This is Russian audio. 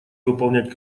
выполнять